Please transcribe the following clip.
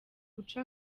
guca